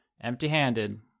empty-handed